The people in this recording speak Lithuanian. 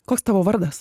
koks tavo vardas